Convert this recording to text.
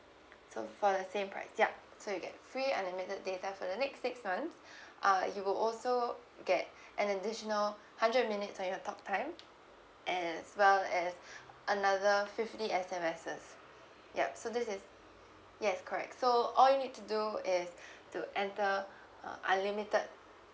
so for the same price yup so you get free unlimited data for the next six months uh you will also get an additional hundred minutes on your talk time and as well as another fifty S_M_Ses yup so this is yes correct so all you need to do is to enter uh unlimited